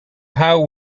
how